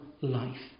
life